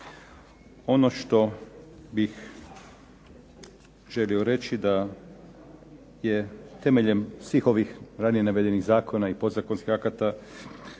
Ono što bih želio reći da je temeljem svih ovih navedenih zakona i podzakonskih akata